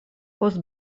post